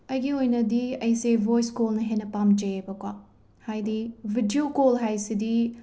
ꯑꯩꯒꯤ ꯑꯣꯏꯅꯗꯤ ꯑꯩꯁꯦ ꯚꯣꯏꯁ ꯀꯣꯜꯅ ꯍꯦꯟꯅ ꯄꯥꯝꯖꯩꯌꯦꯕꯀꯣ ꯍꯥꯏꯗꯤ ꯕꯤꯗꯤꯌꯣ ꯀꯣꯜ ꯍꯥꯏꯁꯤꯗꯤ